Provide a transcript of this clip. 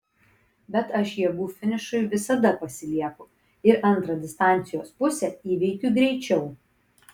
bet aš jėgų finišui visada pasilieku ir antrą distancijos pusę įveikiu greičiau